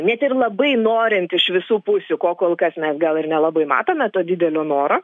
net ir labai norint iš visų pusių ko kol kas mes gal ir nelabai matome to didelio noro